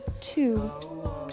two